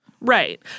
Right